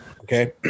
okay